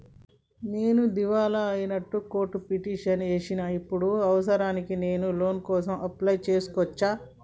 నేను దివాలా అయినట్లు కోర్టులో పిటిషన్ ఏశిన ఇప్పుడు అవసరానికి నేను లోన్ కోసం అప్లయ్ చేస్కోవచ్చా?